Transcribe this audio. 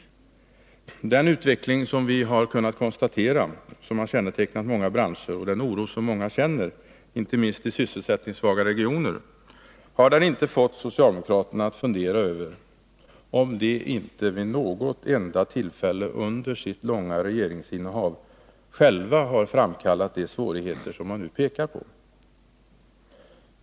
Har den utveckling som vi kunnat konstatera som kännetecknande för många branscher och den oro som många känner, inte minst i sysselsätt ningssvaga regioner, inte fått socialdemokraterna att fundera över om de inte vid något enda tillfälle under sitt långa regeringsinnehav själva har framkallat de svårigheter som man nu pekar på?